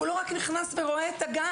כך שהם לא רק ייכנסו בשביל לראות את הגן.